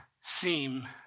seem